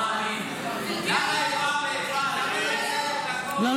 ואיפה --- לא,